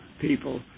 people